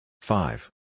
Five